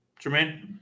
Jermaine